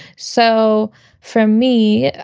so from me,